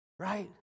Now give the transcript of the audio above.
Right